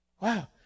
Wow